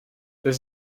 this